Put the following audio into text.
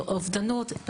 אובדנות,